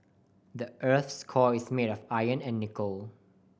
the earth's core is made of iron and nickel